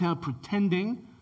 pretending